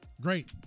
Great